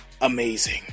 Amazing